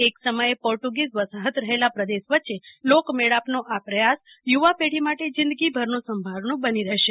એક સમયે પોર્ટુગીઝ વસાફત રહેલા પ્રદેશ વચ્ચે લોકમેળાપનો આ પ્રયાસ યુવા પેઢી માટે જીંદગીભરનું સંભારણું બની રહેશે